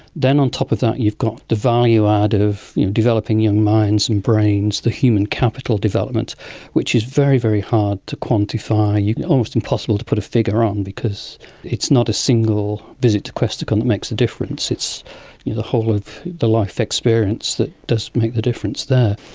then on top of that you've got the value-ad of developing young minds and brains, the human capital development which is very, very hard to quantify, almost impossible to put a figure on because it's not a single visit to questacon that makes a difference, it's the the whole of the life experience that does make the difference there.